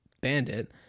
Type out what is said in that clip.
Bandit